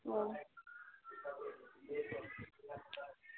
वह